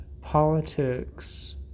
politics